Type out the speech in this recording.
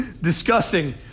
Disgusting